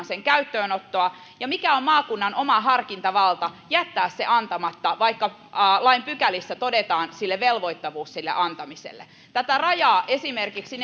sen käyttöönottoa vaiheistetaan ja mikä on maakunnan oma harkintavalta jättää se antamatta vaikka lain pykälissä todetaan velvoittavuus sille antamiselle tätä rajaavat esimerkiksi